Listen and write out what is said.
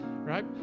right